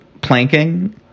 planking